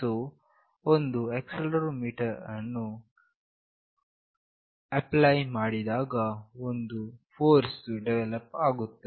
so ಒಂದು acceleration ಅನ್ನು apply ಮಾಡಿದಾಗ ಒಂದು ಫೋರ್ಸ್ ವು ಡೆವಲಪ್ ಆಗುತ್ತದೆ